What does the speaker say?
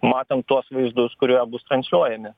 matant tuos vaizdus kurie bus transiuojami